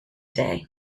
day